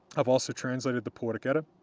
i've also translated the poetic edda,